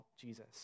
Jesus